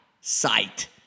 sight